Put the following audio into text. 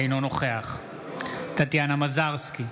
אינו נוכח טטיאנה מזרסקי,